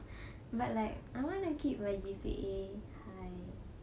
but like I want to keep my G_P_A high